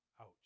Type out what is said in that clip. Ouch